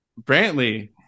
Brantley